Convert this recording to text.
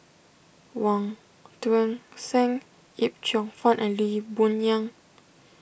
Wong Tuang Seng Yip Cheong Fun and Lee Boon Yang